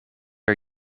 are